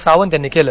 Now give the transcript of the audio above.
सावंत यांनी केलं